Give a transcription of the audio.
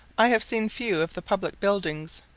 i have seen few of the public buildings.